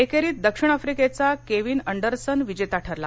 एकेरीत दक्षिण अफ्रिकेचा केविन अंडरसन विजेता ठरला